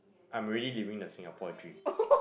I'm already living the Singapore dream